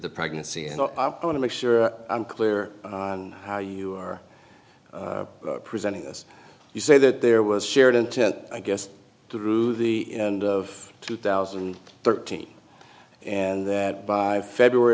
the pregnancy and i want to make sure i'm clear on how you are presenting this you say that there was shared intent i guess through the end of two thousand and thirteen and that by february